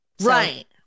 right